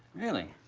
really.